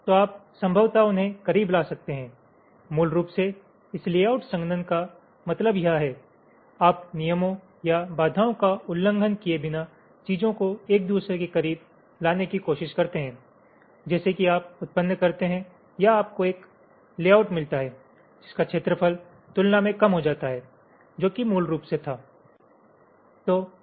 तो आप संभवतः उन्हें करीब ला सकते हैं मूल रूप से इस लेआउट संघनन का मतलब यह है आप नियमों या बाधाओं का उल्लंघन किए बिना चीजों को एक दूसरे के करीब लाने की कोशिश करते हैं जैसे कि आप उत्पन्न करते हैं या आपको एक लेआउट मिलता है जिसका क्षेत्रफल तुलना में कम हो जाता है जो कि मूल रूप से था